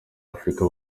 afurika